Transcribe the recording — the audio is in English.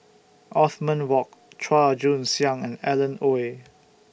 Othman Wok Chua Joon Siang and Alan Oei